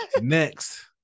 Next